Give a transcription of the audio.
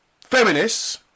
feminists